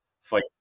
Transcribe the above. fight